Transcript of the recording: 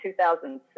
2006